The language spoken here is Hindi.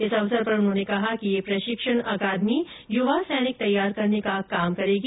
इस अवसर पर उन्होंने कहा कि यह प्रशिक्षण अकादमी युवा सैनिक तैयार करने का काम करेगी